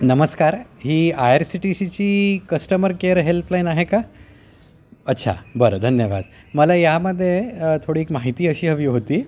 नमस्कार ही I R C T सीची कस्टमर केअर हेल्पलाईन आहे का अच्छा बरं धन्यवाद मला यामध्ये थोडी एक माहिती अशी हवी होती